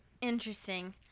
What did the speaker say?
interesting